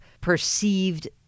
perceived